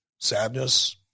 sadness